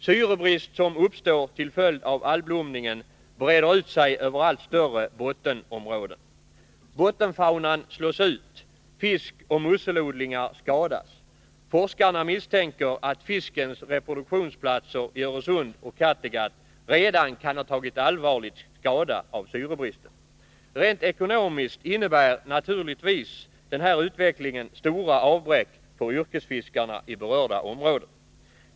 Syrebrist, som uppstår till följd av algblomningen, breder ut sig över allt större bottenområden. Bottenfaunan slås ut. Fiskoch musselodlingar skadas. Forskarna misstänker att fiskens reproduktionsplatser i Öresund och Kattegatt redan kan ha tagit allvarlig skada av syrebristen. Rent ekonomiskt innebär naturligtvis den här utvecklingen stora avbräck för yrkesfiskarna i berörda områden.